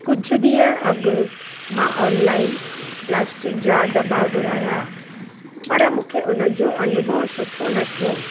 कुछ ॾींहु अॻु मां ऑनलाइन प्लास्टिक जा दॿा घुराया पर मूंखे हुन जो अनुभव सुठो न थियो